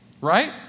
Right